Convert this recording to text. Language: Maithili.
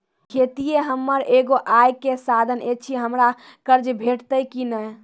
खेतीये हमर एगो आय के साधन ऐछि, हमरा कर्ज भेटतै कि नै?